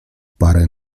parę